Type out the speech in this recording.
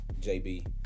JB